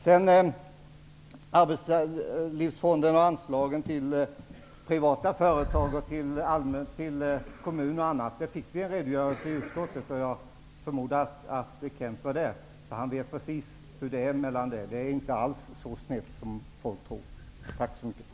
Vi fick i utskottet en redogörelse för Arbetslivsfondens verksamhet och anslagen till privata företag, kommuner osv., och jag förmodar att Kent Olsson var närvarande då och alltså precis vet hur det ligger till. Det är inte alls så snett som folk tror.